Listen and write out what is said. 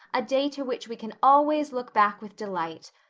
a day to which we can always look back with delight.